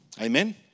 Amen